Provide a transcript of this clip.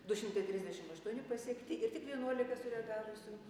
du šimtai trisdešim aštuoni pasiekti ir tik vienuolika sureagavusių